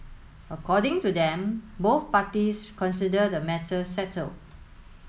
according to them both parties consider the matter settled